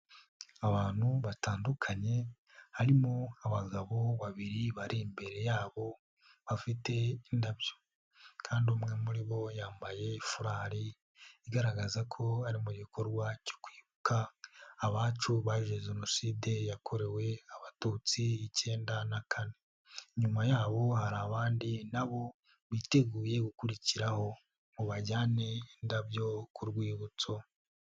Abantu batandukanye harimo abagabo babiri bari imbere yabo, bafite indabyo kandi umwe muri bo yambaye furari, igaragaza ko ari mu gikorwa cyo kwibuka abacu bazize jenoside yakorewe abatutsi ikenda na kane. Inyuma yaho hari abandi n'abo biteguye gukurikiraho ngo bajyane indabyo ku rwibutso.